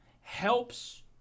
helps